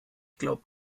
glaub